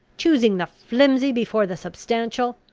choosing the flimsy before the substantial?